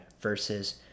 versus